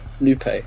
Lupe